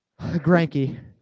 Granky